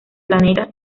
planetas